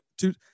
two